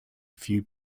few